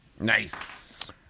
Nice